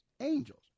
angels